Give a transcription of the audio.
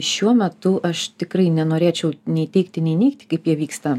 šiuo metu aš tikrai nenorėčiau nei teigti nei neigti kaip jie vyksta